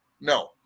No